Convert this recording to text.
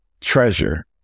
treasure